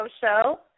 show